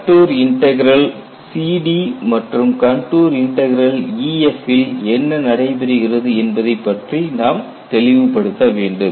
contour integral CD மற்றும் contour integral EF ல் என்ன நடைபெறுகிறது என்பதை பற்றி நாம் தெளிவுபடுத்த வேண்டும்